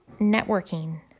networking